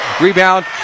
rebound